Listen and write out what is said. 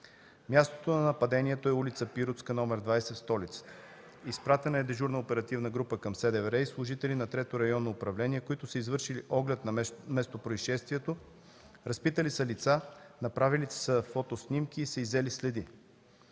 Мястото на нападението е улица „Пиротска“ № 20 в столицата. Изпратена е дежурна оперативна група към СДВР и служители на Трето районно управление, които са извършили оглед на местопроизшествието. Разпитани са лица. Направени са фотоснимки и са иззети следи.